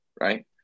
right